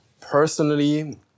Personally